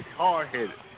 hard-headed